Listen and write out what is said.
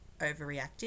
overreactive